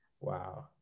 Wow